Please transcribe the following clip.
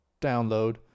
download